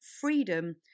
freedom